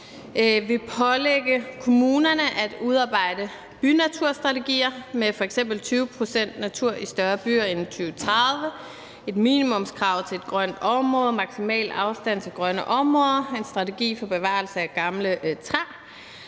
vil pålægge kommunerne at udarbejde bynaturstrategier med f.eks. 20 pct. natur i større byer inden 2030, et minimumskrav til et grønt område, maksimale afstand til grønne områder, en strategi for bevarelse af gamle træer.